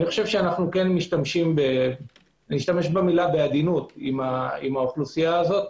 אנו כן נשתמש במילה בעדינות עם האוכלוסייה הזאת.